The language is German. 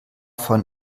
von